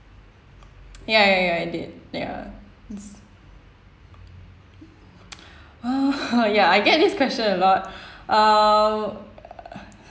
ya ya ya I did ya it's uh ya I get this question a lot uh